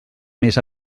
més